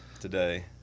today